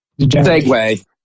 segue